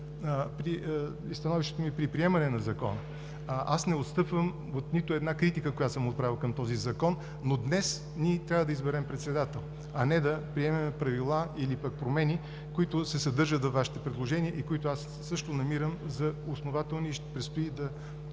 при приемането на Закона. Не отстъпвам от нито една критика, която съм отправил към този закон, но днес ние трябва да изберем председател, а не да приемем правила или пък промени, които се съдържат във Вашето предложение и които аз също намирам за основателни, и предстои да